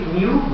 new